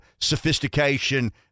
sophistication